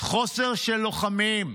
חוסר של לוחמים.